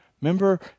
Remember